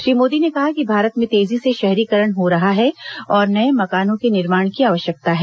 श्री मोदी ने कहा कि भारत में तेजी से शहरीकरण हो रहा है और नये मकानों के निर्माण की आवश्यकता है